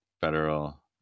federal